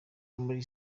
muri